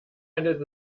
handelt